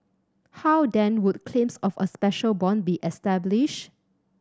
how then would claims of a special bond be established